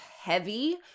heavy